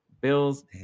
Bills